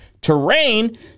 Terrain